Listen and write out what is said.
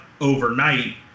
overnight